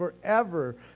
forever